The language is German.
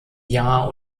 jahr